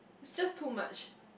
it's just too much